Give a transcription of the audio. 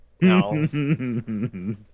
No